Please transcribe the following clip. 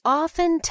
often